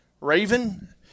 Raven